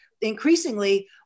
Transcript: Increasingly